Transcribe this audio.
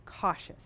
Cautious